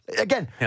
Again